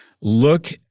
look